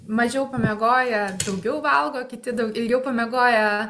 mažiau pamiegoję daugiau valgo kiti ilgiau pamiegoję